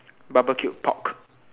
barbecued pork